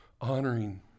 honoring